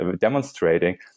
demonstrating